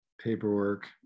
paperwork